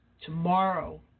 Tomorrow